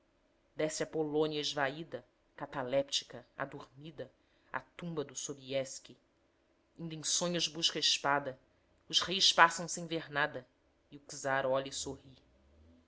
desce a polônia esvaída cataléptica adormida à tumba do sobieski inda em sonhos busca a espada os reis passam sem ver nada e o czar olha e sorri